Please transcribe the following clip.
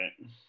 right